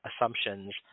assumptions